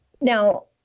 Now